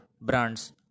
brands